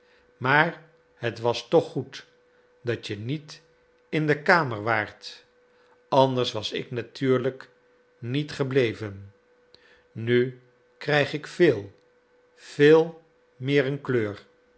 maar het was toch goed dat je niet in de kamer waart anders was ik natuurlijk niet gebleven nu krijg ik veel veel meer een kleur